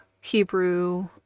Hebrew